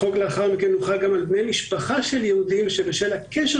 החוק הוחל בהמשך גם על בני משפחה של יהודים שבשל הקשר